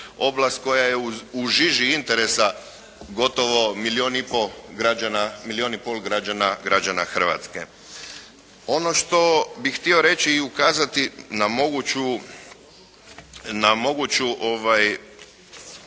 oblast koja je u žiži interesa gotovo milijun i pol građana Hrvatske. Ono što bih htio reći i ukazati na moguću